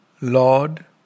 Lord